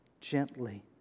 gently